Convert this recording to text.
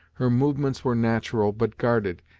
her movements were natural, but guarded,